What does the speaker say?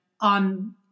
on